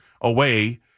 away